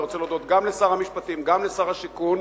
אני רוצה להודות גם לשר המשפטים, גם לשר השיכון,